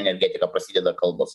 energetiką prasideda kalbos